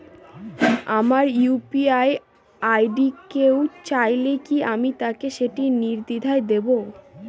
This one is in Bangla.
আমার ইউ.পি.আই আই.ডি কেউ চাইলে কি আমি তাকে সেটি নির্দ্বিধায় দেব?